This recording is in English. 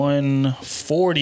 140